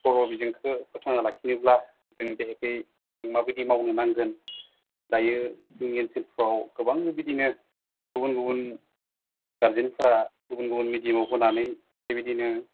बर' बिजोंखौ फोथांना लाखिनोब्ला जों बिखेखयै माबायदि मावनो नांगोन दायो जोंनि ओनसोलफ्राव गोबां बिदिनो गुबुन गुबुन गारजेनफोरा गुबुन गुबुन मिडियामाव होनानै बेबायदिनो